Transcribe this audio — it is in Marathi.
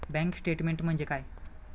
बँक स्टेटमेन्ट म्हणजे काय?